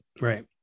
Right